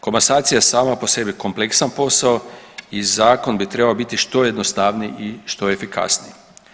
Komasacija je sama po sebi kompleksan posao i zakon bi trebao biti što jednostavniji i što efikasniji.